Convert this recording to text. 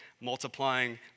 multiplying